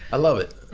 i love it.